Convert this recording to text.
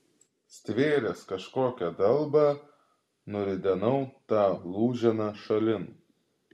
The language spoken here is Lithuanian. stvėręs kažkokią dalbą nuridenau tą lūženą šalin